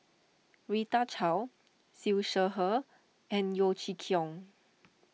Rita Chao Siew Shaw Her and Yeo Chee Kiong